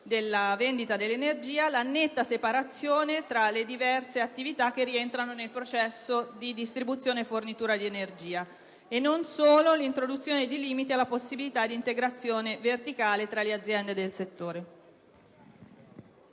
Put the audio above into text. della vendita dell'energia, la netta separazione tra le diverse attività che rientrano nel processo di distribuzione e fornitura di energia e non solo l'introduzione di limiti alla possibilità di integrazione verticale tra le aziende del settore.